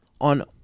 on